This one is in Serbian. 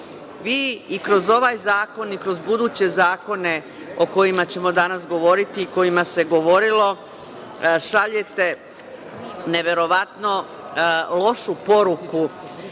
i kroz ovaj zakon i kroz buduće zakone o kojima ćemo danas govoriti i kojima se govorilo šaljete neverovatno lošu poruku